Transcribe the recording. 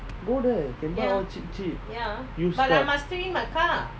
go there can buy all cheap cheap used car